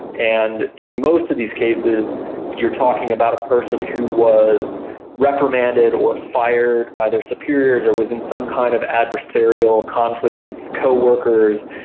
and in most of these cases you're talking about a person who was reprimanded or fired by their superiors or was in some kind of adversarial conflict with co-workers,